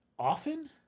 Often